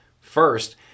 First